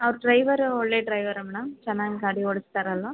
ಅವ್ರು ಡ್ರೈವರು ಒಳ್ಳೇ ಡ್ರೈವರಾ ಮೇಡಂ ಚೆನ್ನಾಗಿ ಗಾಡಿ ಓಡಿಸ್ತಾರಲ್ಲ